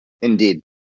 Indeed